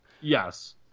Yes